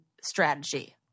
strategy